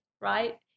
right